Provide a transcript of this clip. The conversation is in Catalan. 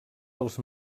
dels